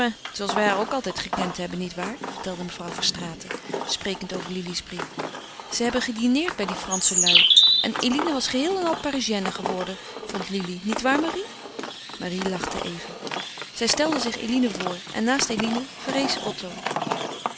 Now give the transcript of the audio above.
zooals wij haar ook altijd gekend hebben niet waar vertelde mevrouw verstraeten sprekend over lili's brief ze hebben gedineerd bij die fransche lui en eline was geheel en al parisienne geworden vond lili niet waar marie marie lachte even zij stelde zich eline voor en naast eline verrees otto